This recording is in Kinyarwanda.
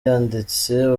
yanditse